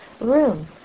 room